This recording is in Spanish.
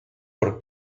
por